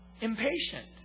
impatient